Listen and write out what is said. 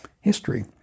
history